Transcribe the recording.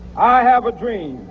i have a dream